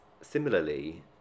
similarly